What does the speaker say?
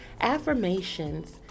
Affirmations